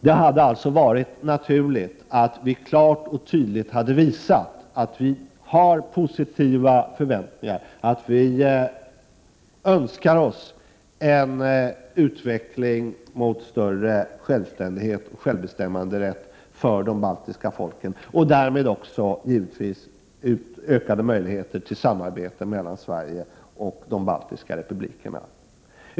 Det hade alltså varit naturligt att vi klart och tydligt hade visat att vi har positiva förväntningar, att vi önskar oss en utveckling mot större självständighet och självbestämmanderätt för de baltiska folken och därmed givetvis 41 också ökade möjligheter till samarbete mellan Sverige och de baltiska republikerna.